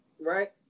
right